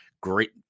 great